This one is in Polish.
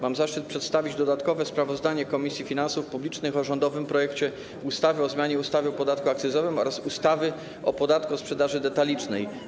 Mam zaszczyt przedstawić dodatkowe sprawozdanie Komisji Finansów Publicznych o rządowym projekcie ustawy o zmianie ustawy o podatku akcyzowym oraz ustawy o podatku od sprzedaży detalicznej.